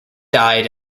died